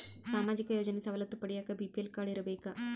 ಸಾಮಾಜಿಕ ಯೋಜನೆ ಸವಲತ್ತು ಪಡಿಯಾಕ ಬಿ.ಪಿ.ಎಲ್ ಕಾಡ್೯ ಇರಬೇಕಾ?